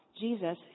Jesus